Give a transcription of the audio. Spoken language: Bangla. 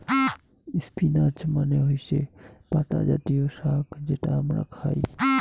স্পিনাচ মানে হৈসে পাতা জাতীয় শাক যেটা হামরা খাই